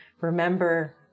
remember